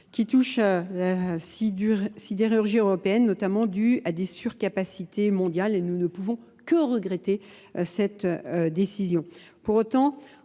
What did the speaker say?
qui touche à la sidérurgie européenne notamment dû à des surcapacités mondiales et nous ne pouvons que regretter cette décision. Pour autant,